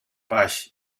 baix